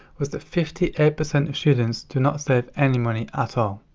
was that fifty eight percent of students do not save any money at all,